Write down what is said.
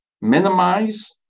minimize